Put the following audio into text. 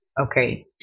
Okay